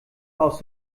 aus